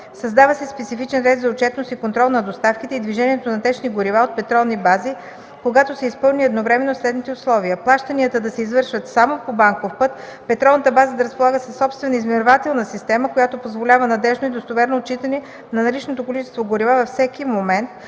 създава се специфичен ред за отчетност и контрол на доставките и движението на течни горива от петролни бази, когато са изпълнени едновременно следните условия: плащанията да се извършват само по банков път; петролната база да разполага със собствена измервателна система, която позволява надеждно и достоверно отчитане на наличното количество горива във всеки момент;